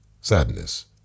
sadness